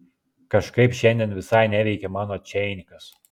kažkaip šiandien visai neveikia mano čeinikas